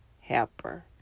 helper